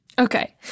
Okay